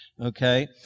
Okay